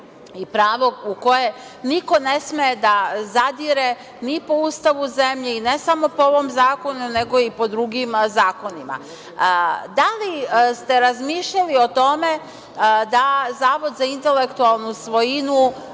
i prvo u koje niko ne sme da zadire ni po Ustavu zemlje i ne samo po ovom zakonu, nego i po drugim zakonima. Da li ste razmišljali o tome da Zavod za intelektualnu svojinu,